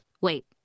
wait